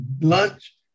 lunch